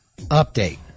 update